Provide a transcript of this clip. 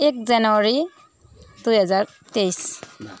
एक जनवरी दुई हजार तेइस